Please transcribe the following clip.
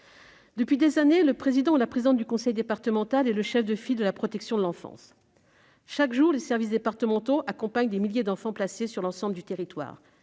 Depuis des années, le président du conseil départemental est le chef de file de la protection de l'enfance. Chaque jour, les services départementaux accompagnent des milliers d'enfants placés sur l'ensemble du territoire,